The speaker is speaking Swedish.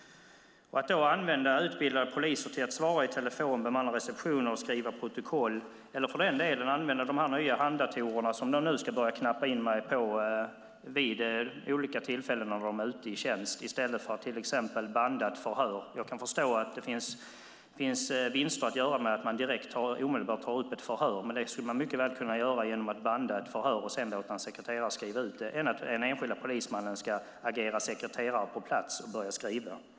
Då använder man alltså utbildade poliser till att svara i telefon, bemanna receptioner och skriva protokoll eller för den delen till att använda de nya handdatorerna. Dessa ska polisen börja knappa in sig på vid olika tillfällen då de är ute i tjänst i stället för att till exempel banda ett förhör. Jag kan förstå att det finns vinster att göra med att man omedelbart tar upp ett förhör. Men det skulle man mycket väl kunna göra genom att banda ett förhör och sedan låta en sekreterare skriva ut det. I stället låter man nu den enskilde polismannen agera sekreterare på plats och börja skriva.